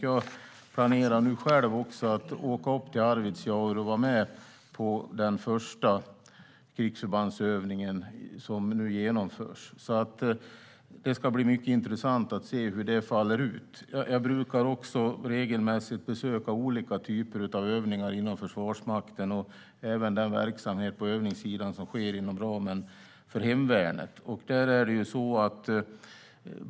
Jag planerar att själv åka upp till Arvidsjaur och vara med på den första krigsförbandsövningen som nu genomförs. Det ska bli mycket intressant att se hur den faller ut. Jag brukar regelmässigt besöka olika typer av övningar inom Försvarsmakten och även den verksamhet på övningssidan som sker inom ramen för hemvärnet.